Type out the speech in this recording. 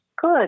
Good